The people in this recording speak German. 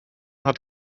hat